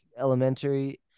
elementary